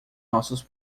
nossos